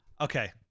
okay